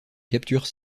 capture